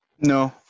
No